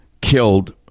killed